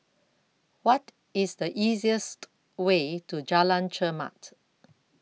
What IS The easiest Way to Jalan Chermat